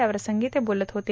त्याप्रसंगी ते बोलत होते